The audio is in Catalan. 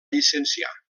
llicenciar